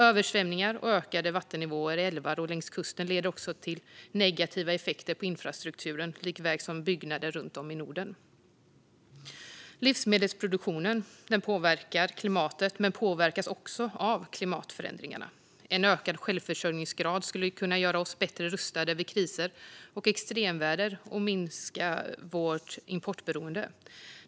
Översvämningar och ökade vattennivåer i älvar och längs kusten leder också till negativa effekter på infrastrukturen såväl som på byggnader runt om i Norden. Livsmedelsproduktionen påverkar klimatet, men den påverkas också av klimatförändringarna. En ökad självförsörjningsgrad skulle göra oss bättre rustade vid kriser och extremväder samt minska vårt importberoende.